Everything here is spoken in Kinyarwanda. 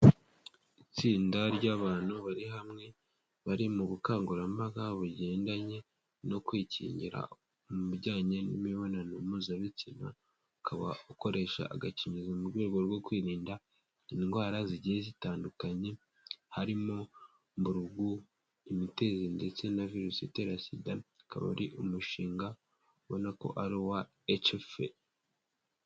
Itsinda ry'abantu bari hamwe bari mu bukangurambaga bugendanye no kwikingira mu bijyanye n'imibonano mpuzabitsina ukaba ukoresha agakingizo mu rwego rwo kwirinda indwara zigiye zitandukanye harimo mburugu, imitezi ndetse na Virusi itera Sida, akaba ari umushinga ubona ko ari uwa ECFE.